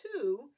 two